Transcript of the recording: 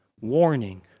warning